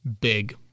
big